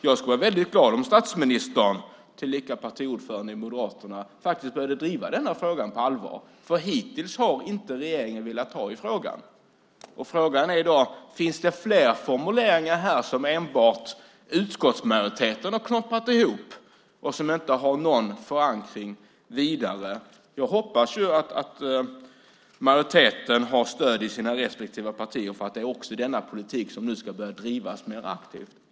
Jag skulle vara väldigt glad om statsministern, tillika partiordförande i Moderaterna, faktiskt började driva denna fråga på allvar, för hittills har regeringen inte velat ta i frågan. Frågan är i dag: Finns det flera formuleringar här som enbart utskottsmajoriteten har knåpat ihop och som inte har någon vidare förankring? Jag hoppas att majoriteten har stöd hos sina respektive partier för att denna politik nu ska börja drivas mer aktivt.